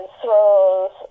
throws